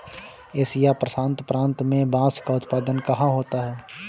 Asia प्रशांत प्रांत में बांस का उत्पादन कहाँ होता है?